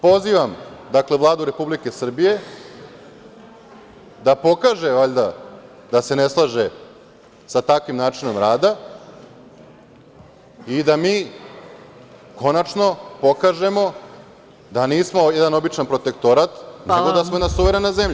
Pozivam Vladu Republike Srbije da pokaže, valjda, da se ne slaže sa takvim načinom rada i da mi konačno pokažemo da nismo jedan običan protektorat, nego da smo jedna suverena zemlja.